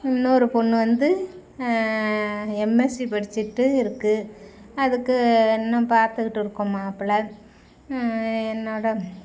இன்னொரு பெண்ணு வந்து எம்எஸ்சி படிச்சுட்டு இருக்குது அதுக்கு இன்னும் பார்த்துகிட்டுருக்கோம் மாப்பிள்ளை என்னோடு